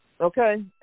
okay